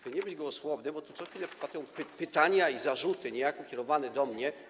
Żeby nie być gołosłownym, bo tu co chwilę padają pytania i zarzuty, niejako kierowane do mnie.